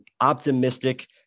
optimistic